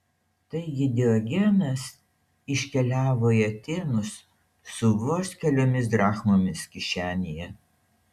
taigi diogenas iškeliavo į atėnus su vos keliomis drachmomis kišenėje